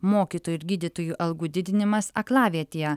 mokytojų ir gydytojų algų didinimas aklavietėje